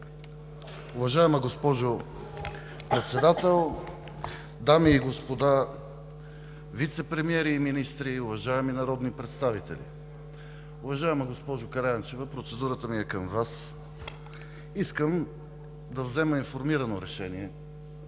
Уважаема госпожо Председател, дами и господа вицепремиери и министри, уважаеми народни представители! Уважаема госпожо Караянчева, процедурата ми е към Вас. Искам да взема информирано решение.